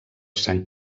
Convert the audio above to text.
sant